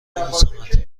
ببوسمت